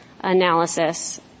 analysis